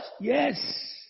Yes